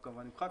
כמובן נמחק.